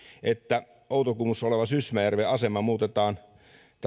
että outokummussa oleva sysmäjärven asema muutetaan